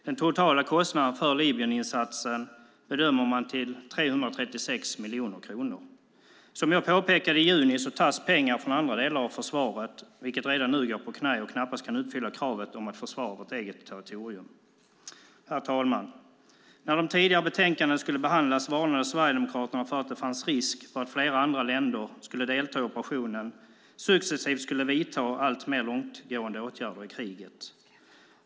Den totala kostnaden för Libyeninsatsen bedömer man till 336 miljoner kronor. Som jag påpekade i juni tas pengarna från andra delar av försvaret, vilket redan nu går på knä och knappast kan uppfylla kravet om att försvara vårt eget territorium. Herr talman! När de tidigare betänkandena skulle behandlas varnade Sverigedemokraterna för att det fanns risk för att flera av de andra länder som deltar i operationen successivt skulle vidta alltmer långtgående åtgärder i kriget.